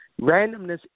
randomness